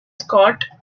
scot